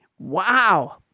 Wow